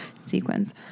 sequins